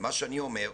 אני אומר,